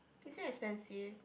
is it expensive